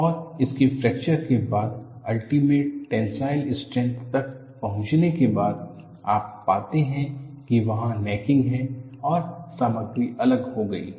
और इसके फ्रैक्चर के बाद आल्टीमेट टेंसाइल स्ट्रेंथ तक पहुंचने के बाद आप पाते हैं कि वहाँ नेकिंग है और सामग्री अलग हो गई है